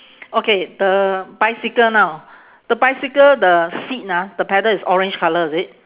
okay the bicycle now the bicycle the seat ah the pedal is orange colour is it